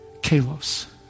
kalos